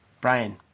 Brian